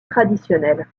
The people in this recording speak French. traditionnel